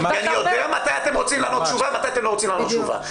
כי אני יודע מתי אתם רוצים לענות תשובה ומתי אתם לא רוצים לענות תשובה.